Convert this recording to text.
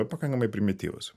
pakankamai primityvūs